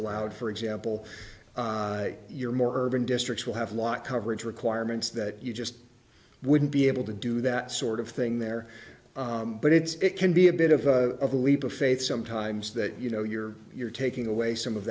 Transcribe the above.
allowed for example you're more urban districts will have lot coverage requirements that you just wouldn't be able to do that sort of thing there but it's it can be a bit of a leap of faith sometimes that you know you're you're taking away some of